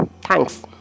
Thanks